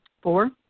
Four